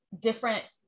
different